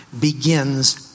begins